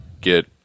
get